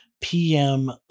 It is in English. PM